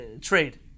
trade